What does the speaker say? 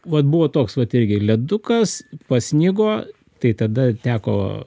vat buvo toks vat irgi ledukas pasnigo tai tada teko